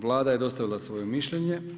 Vlada je dostavila svoje mišljenje.